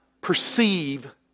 perceive